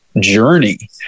journey